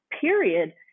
period